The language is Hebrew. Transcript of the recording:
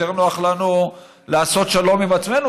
יותר נוח לנו לעשת שלום עם עצמנו.